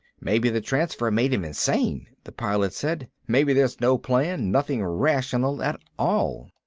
maybe the transfer made him insane, the pilot said. maybe there's no plan, nothing rational at all.